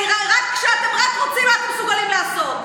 רק כשאתם רוצים, אתם מסוגלים לעשות.